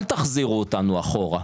אל תחזירו אותנו אחורה.